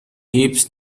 heaps